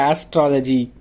Astrology